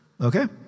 Okay